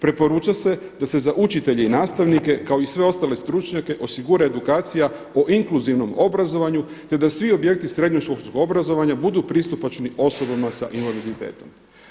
Preporuča se da se za učitelje i nastavke kao i sve ostale stručnjake osigura edukacija o inkluzivnom obrazovanju, te da svi objekti srednjoškolskog obrazovanja budu pristupačni osobama s invaliditetom“